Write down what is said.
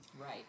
Right